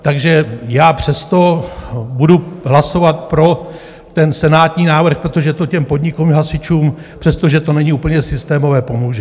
Takže já přesto budu hlasovat pro ten senátní návrh, protože to podnikům i hasičům, přestože to není úplně systémové, pomůže.